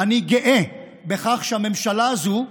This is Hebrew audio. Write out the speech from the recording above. אני גאה בכך שהממשלה הזאת,